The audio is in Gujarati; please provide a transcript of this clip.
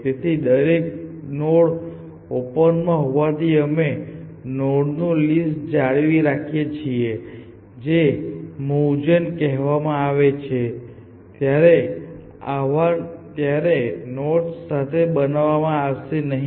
તેથી દરેક નોડ ઓપન માં હોવાથી અમે નોડનું લિસ્ટ જાળવી રાખીએ છીએ જે મુવજેન કહેવામાં આવે ત્યારે નોડ સાથે બનાવવામાં આવશે નહીં